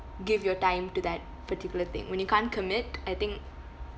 give your time to that particular thing when you can't commit I think